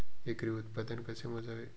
एकरी उत्पादन कसे मोजावे?